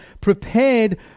prepared